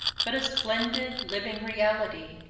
but a splendid, living reality,